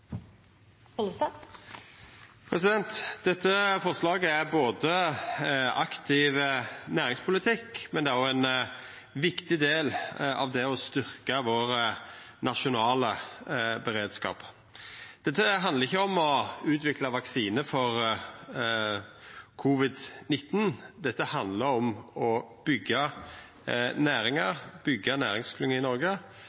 ein viktig del av det å styrkja vår nasjonale beredskap. Dette handlar ikkje om å utvikla vaksine for covid-19. Det handlar om å